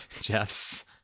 jeff's